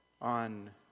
on